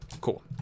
Cool